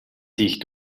dich